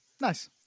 Nice